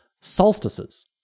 solstices